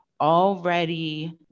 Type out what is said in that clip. already